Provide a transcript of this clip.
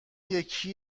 یکی